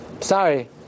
Sorry